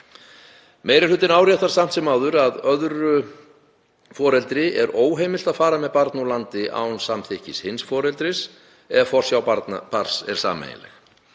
Meiri hlutinn áréttar samt sem áður að öðru foreldri er óheimilt að fara með barn úr landi án samþykkis hins foreldris ef forsjá barns er sameiginleg.